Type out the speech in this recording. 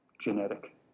genetic